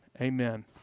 Amen